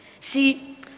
See